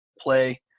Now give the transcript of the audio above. play